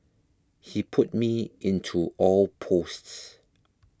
he put me into all posts